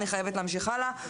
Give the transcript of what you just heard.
אני חייבת להמשיך הלאה.